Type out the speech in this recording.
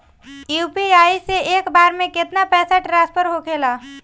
UPI से एक बार मे केतना पैसा ट्रस्फर होखे ला?